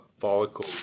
follicles